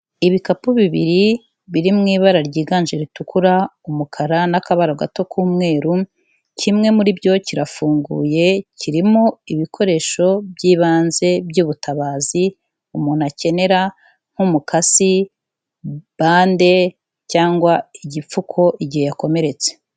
Ibikapu bibiri biri mu ibara ryiganje ritukura, umukara n'akabara gato k'umweru, kimwe muri byo kirafunguye, kirimo ibikoresho by'ibanze by'ubutabazi umuntu akenera, nk'umukasi bande cyangwa igipfuko igihe yakomeretse.